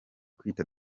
kwita